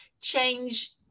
change